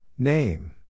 Name